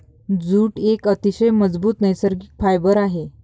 jute एक अतिशय मजबूत नैसर्गिक फायबर आहे